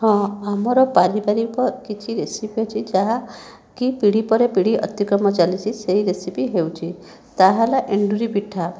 ହଁ ଆମର ପାରିବାରିକ କିଛି ରେସିପି ଅଛି ଯାହାକି ପିଢ଼ି ପରେ ପିଢ଼ି ଅତିକ୍ରମ ଚାଲିଛି ସେହି ରେସିପି ହେଉଛି ତାହା ହେଲା ଏଣ୍ଡୁରି ପିଠା